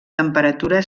temperatura